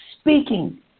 speaking